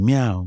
meow